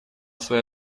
свои